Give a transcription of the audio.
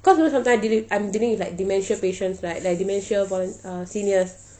cause you know sometime I dealing I'm dealing with like dementia patients right like dementia on uh seniors